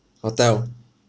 hotel